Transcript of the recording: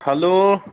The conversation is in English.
hello